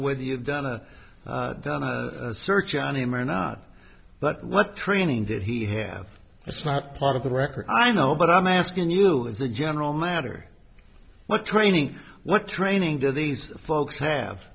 whether you've done a done a search on him or not but what training did he have it's not part of the record i know but i'm asking you as a general matter what training what training do these folks have